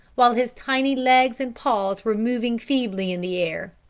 while his tiny legs and paws were moving feebly in the air.